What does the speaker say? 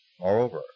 Moreover